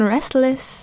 Restless